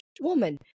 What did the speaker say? woman